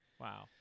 Wow